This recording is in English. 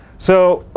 so